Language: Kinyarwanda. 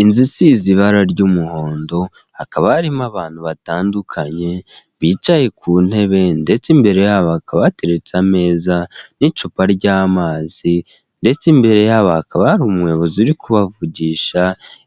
Inzu isize ibara ry'umuhondo, hakaba harimo abantu batandukanye bicaye ku ntebe ndetse imbere yabo hakaba hateretse ameza n'icupa ry'amazi ndetse imbere yabo hakaba hari umuyobozi uri kubavugisha,